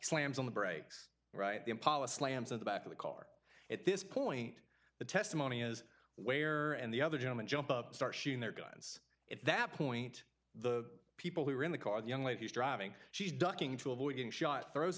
slams on the back of the car at this point the testimony is where and the other gentleman jump up start shooting their guns at that point the people who were in the car the young lady is driving she's ducking to avoid getting shot throws